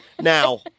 Now